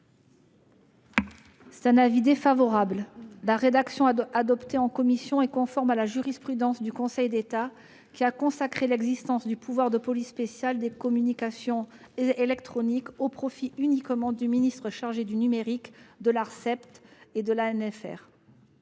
est l'avis de la commission ? La rédaction adoptée en commission est conforme à la jurisprudence du Conseil d'État, qui a consacré l'existence du pouvoir de police spéciale des communications électroniques au profit uniquement du ministre chargé du numérique, de l'Arcep et de l'Agence